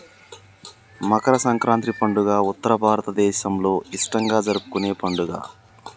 మకర సంక్రాతి పండుగ ఉత్తర భారతదేసంలో ఇష్టంగా జరుపుకునే పండుగ